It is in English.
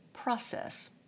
process